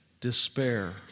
Despair